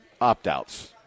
opt-outs